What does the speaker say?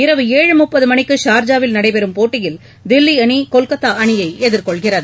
இரவு ஏழு முப்பது மணிக்கு சார்ஜாவில் நடைபெறும் போட்டியில் தில்லி அணி கொல்கத்தா அணியை எதிர்கொள்கிறது